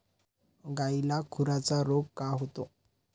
गायीला खुराचा रोग का होतो?